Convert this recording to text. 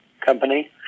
company